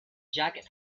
jacket